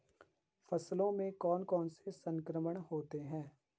फसलों में कौन कौन से संक्रमण होते हैं?